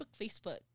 Facebook